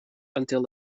until